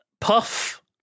Puff